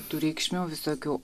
tų reikšmių visokių